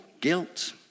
guilt